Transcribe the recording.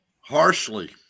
Harshly